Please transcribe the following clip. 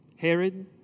Herod